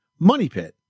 MONEYPIT